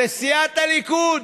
לסיעת הליכוד.